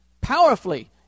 powerfully